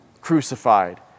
crucified